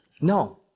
No